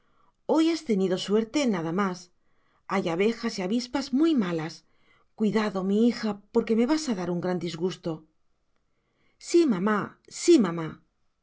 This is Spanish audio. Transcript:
hoy has tenido suerte nada más hay abejas y avispas muy malas cuidado mi hija porque me vas a dar un gran disgusto sí mamá sí mamá